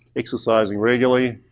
exercising regularly,